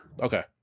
Okay